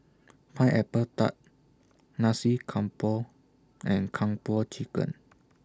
Pineapple Tart Nasi Campur and Kung Po Chicken